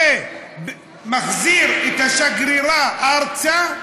ומחזיר את השגרירה ארצה,